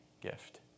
gift